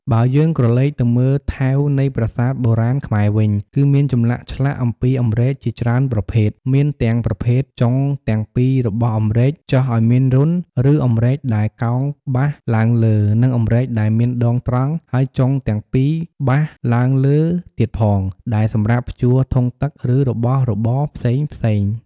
បើយើងក្រឡេកទៅមើលថែវនៃប្រាសាទបុរាណខ្មែរវិញ គឺមានចម្លាក់ឆ្លាក់អំពីអម្រែកជាច្រើនប្រភេទ មានទាំងប្រភេទចុងទាំងពីររបស់អម្រែកចោះឱ្យមានរន្ធ ឬអម្រែកដែលកោងបះឡើងលើ និងអម្រែកដែលមានដងត្រង់ហើយចុងទាំងពីបះឡើងលើទៀតផង ដែលសម្រាប់ព្យួរធុងទឹក ឬរបស់របរផ្សេងៗ។